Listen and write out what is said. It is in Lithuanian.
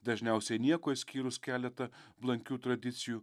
dažniausiai nieko išskyrus keletą blankių tradicijų